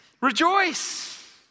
Rejoice